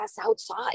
outside